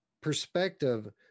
perspective